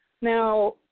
Now